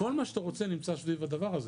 כל מהש אתה רוצה נמצא סביב הדבר הזה.